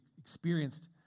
experienced